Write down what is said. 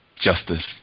justice